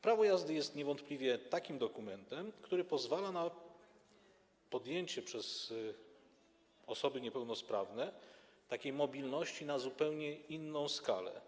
Prawo jazdy jest niewątpliwie takim dokumentem, który pozwala na podjęcie przez osoby niepełnosprawne mobilności na zupełnie inną skalę.